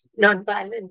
Nonviolent